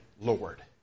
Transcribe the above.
Lord